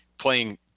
playing